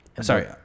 sorry